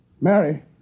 Mary